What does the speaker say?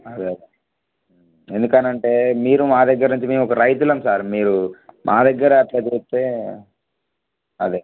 అదే ఎందుకని అంటే మీరు మా దగ్గర నుంచి మేము ఒక రైతులం సార్ మీరు మా దగ్గర అలా చేస్తే అదే